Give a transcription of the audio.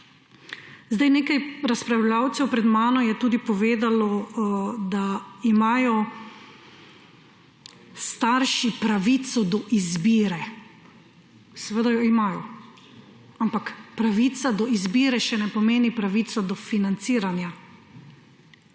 Nekaj razpravljavcev pred mano je tudi povedalo, da imajo starši pravico do izbire. Seveda jo imajo, ampak pravica do izbire še ne pomeni pravice do financiranja.